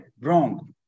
wrong